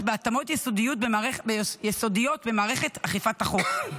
בהתאמות יסודיות במערכת אכיפת החוק.